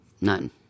none